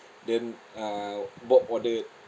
then uh bob ordered